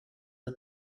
the